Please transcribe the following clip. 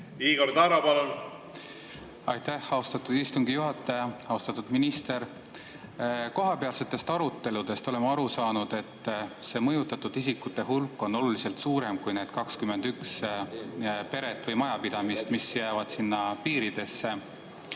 Igor Taro, palun! Aitäh, austatud istungi juhataja! Austatud minister! Kohapealsetest aruteludest oleme aru saanud, et see mõjutatud isikute hulk on oluliselt suurem kui need 21 peret või majapidamist, mis jäävad sinna piiridesse.